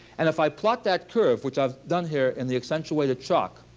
and if i plot that curve, which i've done here in the accentuated chalk,